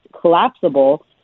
collapsible